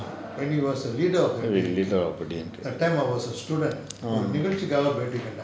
leader of Thi Mu Ka mu kaa